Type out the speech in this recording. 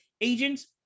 agents